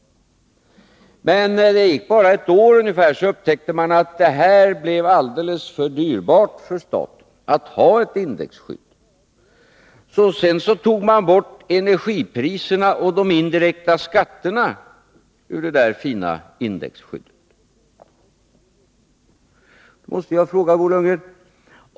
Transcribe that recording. Men det gick bara ungefär ett år innan man upptäckte att det blev alldeles för dyrbart för staten att ha ett indexskydd. Då tog man bort energipriserna och de indirekta skatterna ur det där fina indexskyddet.